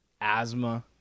Asthma